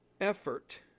effort